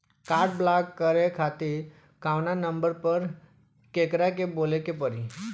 Card block करे खातिर कवना नंबर पर केकरा के बोले के परी?